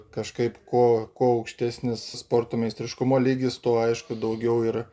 kažkaip ko kuo aukštesnis sporto meistriškumo lygis tuo aišku daugiau ir